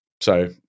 So-